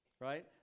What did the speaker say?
right